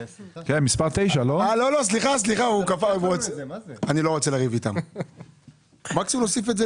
הרי אלה לא טלפונים סלולריים.